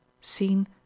seen